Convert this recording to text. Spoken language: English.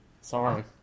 Sorry